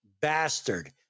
Bastard